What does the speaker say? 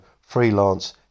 Freelance